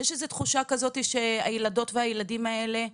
יש תחושה שהילדות והילדים, הנערים והנערות האלה,